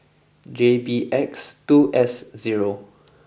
J B X two S zero